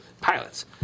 pilots